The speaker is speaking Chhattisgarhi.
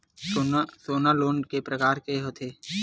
सोना लोन के प्रकार के होथे?